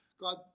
God